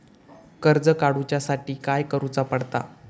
कर्ज काडूच्या साठी काय करुचा पडता?